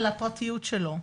על הפרטיות שלו,